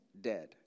dead